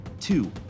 two